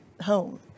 home